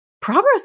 progress